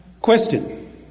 question